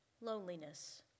loneliness